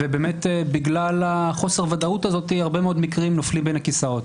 ובאמת בגלל חוסר הוודאות הזאת הרבה מאוד מקרים נופלים בין הכיסאות.